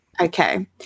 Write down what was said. Okay